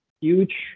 huge